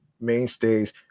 mainstays